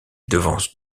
devance